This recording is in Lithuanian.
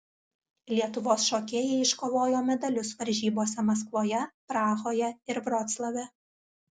lietuvos šokėjai iškovojo medalius varžybose maskvoje prahoje ir vroclave